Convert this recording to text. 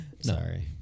Sorry